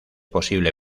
posible